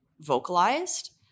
vocalized